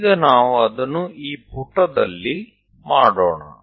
ಈಗ ನಾವು ಅದನ್ನು ಈ ಪುಟದಲ್ಲಿ ಮಾಡೋಣ